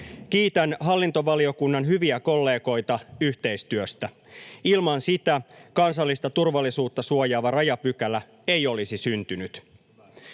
Kiitän hallintovaliokunnan hyviä kollegoita yhteistyöstä. Ilman sitä kansallista turvallisuutta suojaava rajapykälä ei olisi syntynyt.